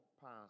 past